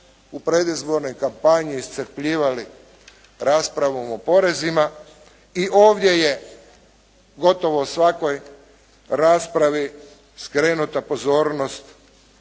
u predizbornoj kampanji iscrpljivali raspravom o porezima i ovdje je gotovo svakoj raspravi skrenuta pozornost